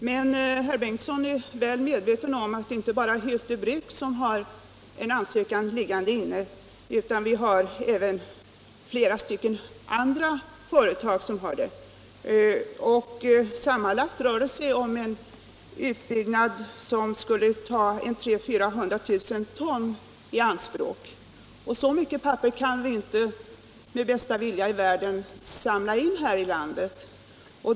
Men herr Bengtsson är väl medveten om att det inte bara är Hylte Bruks AB som har ansökan liggande inne, utan att även flera andra företag har det. Sammanlagt rör det sig om en utbyggnad för återvinning av 300 000 ä 400 000 ton. Så mycket avfallspapper kan vi inte med bästa vilja i världen samla in här i landet.